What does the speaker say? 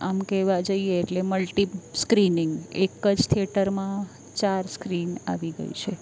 આમ કહેવા જઈએ એટલે મલ્ટી સ્કરીનીગ એક જ થિયેટરમાં ચાર સ્ક્રીન આવી ગઈ છે